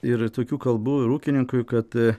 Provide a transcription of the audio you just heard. ir tokių kalbų ir ūkininkui kad